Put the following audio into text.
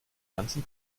ganzen